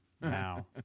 now